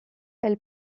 elle